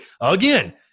again